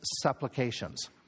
supplications